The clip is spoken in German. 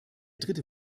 dritte